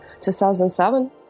2007